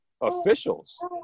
officials –